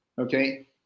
okay